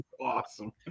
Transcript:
awesome